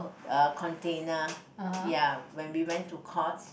uh container ya when we went to Courts